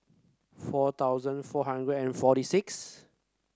four thousand four hundred and forty six